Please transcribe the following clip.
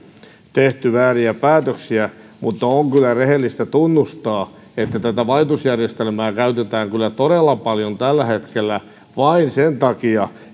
tehty vääriä päätöksiä mutta on kyllä rehellistä tunnustaa että tätä valitusjärjestelmää käytetään kyllä todella paljon tällä hetkellä vain sen takia